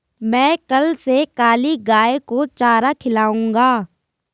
मैं कल से काली गाय को चारा खिलाऊंगा